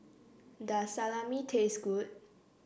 does Salami taste good